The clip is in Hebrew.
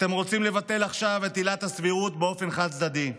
אתם רוצים לבטל עכשיו את עילת הסבירות באופן חד-צדדי.